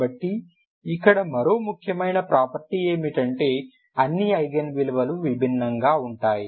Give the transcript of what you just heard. కాబట్టి ఇక్కడ మరో ముఖ్యమైన ప్రాపర్టీ ఏమిటంటే అన్ని ఐగెన్ విలువలు విభిన్నంగా ఉంటాయి